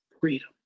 freedom